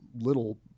little